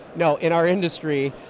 no, in our industry.